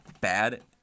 bad